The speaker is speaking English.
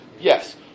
Yes